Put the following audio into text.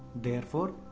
therefore,